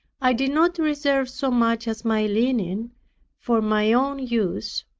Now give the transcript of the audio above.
i did not reserve so much as my linen for my own use,